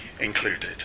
included